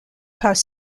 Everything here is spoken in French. pas